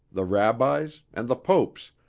the rabbis and the popes,